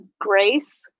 grace